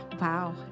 Wow